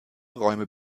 räume